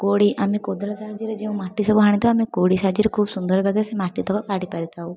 କୋଢ଼ି ଆମେ କୋଦାଳ ସାହାଯ୍ୟରେ ଯେଉଁ ମାଟି ହାଣିଥାଉ ଆମେ କୋଢ଼ି ସାହାଯ୍ୟରେ ଖୁବ ସୁନ୍ଦର ଭାବେ ସେ ମାଟି ତକ କାଢ଼ି ପାରିଥାଉ